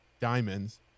diamonds